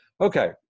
Okay